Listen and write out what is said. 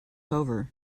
over